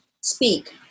speak